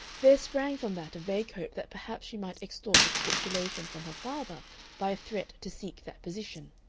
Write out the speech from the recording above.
there sprang from that a vague hope that perhaps she might extort a capitulation from her father by a threat to seek that position,